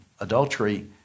adultery